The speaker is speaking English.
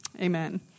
Amen